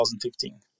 2015